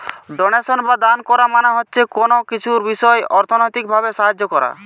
donation বা দান কোরা মানে হচ্ছে কুনো কিছুর বিষয় অর্থনৈতিক ভাবে সাহায্য কোরা